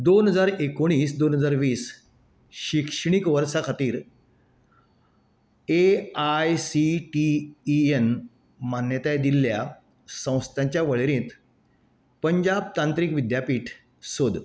दोन हजार एकूणीस दोन हजार वीस शिक्षणीक वर्सा खातीर A I C T E एन मान्यताय दिल्ल्या संस्थांच्या वळेरेंत पंजाब तांत्रीक विद्यापीठ सोद